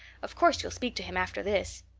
of course you'll speak to him after this.